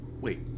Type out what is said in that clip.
Wait